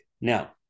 Now